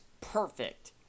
perfect